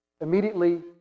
immediately